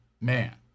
man